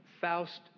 Faust